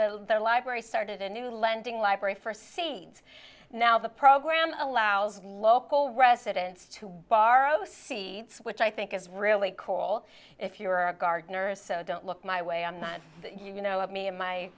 to the library started a new lending library for seeds now the program allows local residents to borrow see which i think is really cool if you are a gardener so don't look my way i'm not you know of me and my